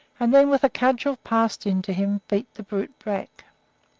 and then, with a cudgel passed in to him, beat the brute back.